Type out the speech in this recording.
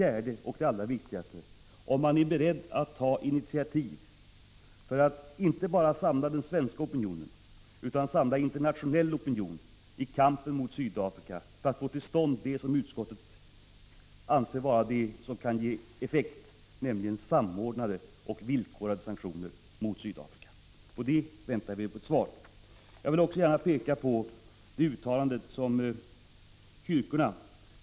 Ärregeringen beredd att ta initiativ för att söka samla den internationella opinionen i kampen mot Sydafrika för att få till stånd det som utskottet anser vara det som kan ge effekt, nämligen samordnade och villkorade sanktioner mot Sydafrika? Detta är den allra viktigaste frågan, och vi väntar nu på ett svar från statsrådet Hellström.